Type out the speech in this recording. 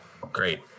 Great